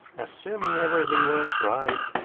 assuming everything works right,